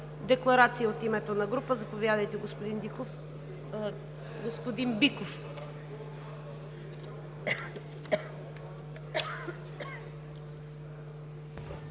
Декларация от името на група. Заповядайте, господин Биков.